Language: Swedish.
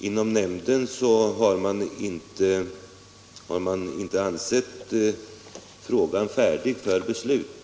Inom nämnden har man inte ansett frågan färdig för beslut.